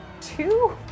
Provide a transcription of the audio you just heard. Two